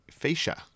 facia